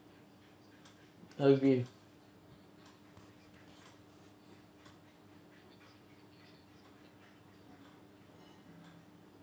earl grey